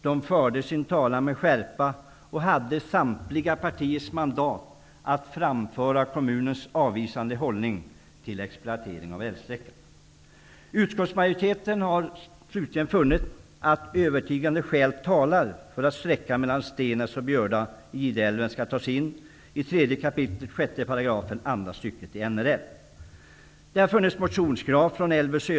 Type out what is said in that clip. De förde sin talan med skärpa, och de hade samtliga partiers mandat att framföra kommunens avvisande hållning till exploatering av älvsträckan. Utskottsmajoriteten har slutligen funnit att övertygande skäl talar för att sträckan mellan 6 § andra stycket i NRL.